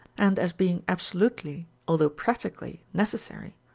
and as being absolutely, although practically, necessary,